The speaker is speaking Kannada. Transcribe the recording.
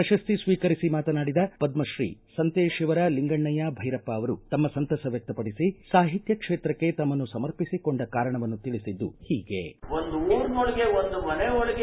ಪ್ರಶಸ್ತಿ ಸ್ವೀಕರಿಸಿ ಮಾತನಾಡಿದ ಪದ್ಮಶ್ರೀ ಸಂತೆಶಿವರ ಲಿಂಗಣ್ಣಯ್ಕ ಭೈರಪ್ಪ ಅವರು ತಮ್ಮ ಸಂತಸ ವ್ಯಕ್ತಪಡಿಸಿ ಸಾಹಿತ್ಯ ಕ್ಷೇತ್ರಕ್ಕೆ ತಮ್ಮನ್ನು ಸಮರ್ಪಿಸಿಕೊಂಡ ಕಾರಣವನ್ನು ತಿಳಿಸಿದ್ದು ಹೀಗೆ